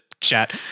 chat